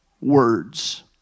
words